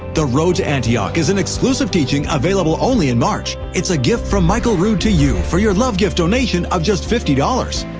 the road to antioch is an exclusive teaching available only in march. it's a gift from michael rood to you for your love gift donation of just fifty dollars.